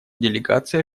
делегация